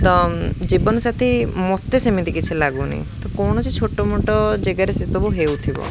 ତ ଜୀବନସାଥି ମୋତେ ସେମିତି କିଛି ଲାଗୁନି ତ କୌଣସି ଛୋଟମୋଟ ଜଗାରେ ସେସବୁ ହେଉଥିବ